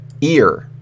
ear